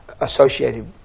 associated